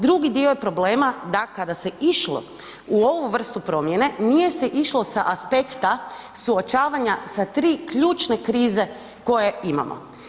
Drugi dio problema da kada se išlo u ovu vrstu promjene nije se išlo sa aspekta suočavanja sa tri ključne krize koje imamo.